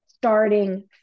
Starting